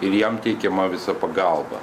ir jam teikiama visa pagalba